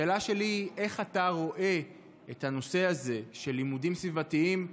השאלה שלי היא איך אתה רואה את הנושא הזה של לימודים סביבתיים,